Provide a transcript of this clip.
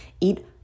Eat